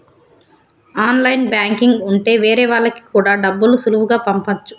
online banking ఉంటె వేరే వాళ్ళకి కూడా డబ్బులు సులువుగా పంపచ్చు